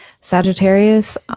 Sagittarius